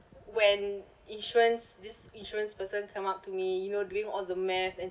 when insurance this insurance person come up to me you know doing all the math and